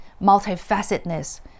multifacetedness